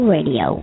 Radio